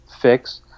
fix